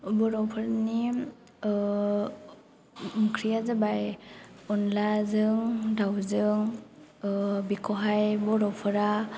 बर'फोरनि ओंख्रिया जाबाय अनलाजों दावजों बिखौहाय बर'फोरा